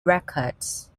records